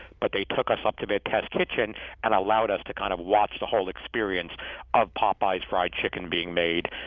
but they took us up to their test kitchen and allowed us to kind of watch the whole experience of popeyes fried chicken being made.